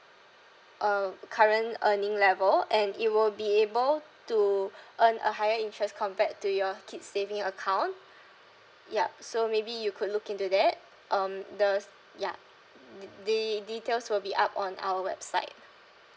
uh current earning level and it will be able to earn a higher interest compared to your kids saving account yup so maybe you could look into that um the ya th~ the details will be up on our website